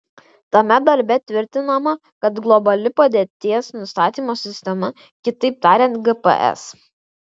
tame darbe tvirtinama kad globali padėties nustatymo sistema kitaip tariant gps